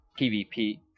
PvP